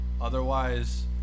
otherwise